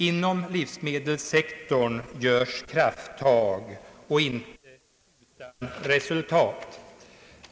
, Inom livsmedelssektorn tas krafttag — och inte utan resultat.